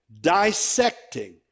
dissecting